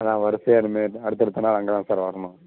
அதுதான் வருசையாக இனிமேல் அடுத்தடுத்த நாள் அங்கே தான் சார் வரணும்